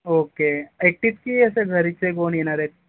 okay एकटीच की असं घरचे कोण येणार आहेत